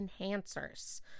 enhancers